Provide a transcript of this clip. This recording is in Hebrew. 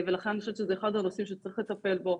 אני חושבת שזה אחד הנושאים שצריך לטפל בו.